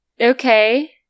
Okay